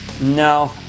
No